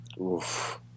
Oof